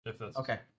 Okay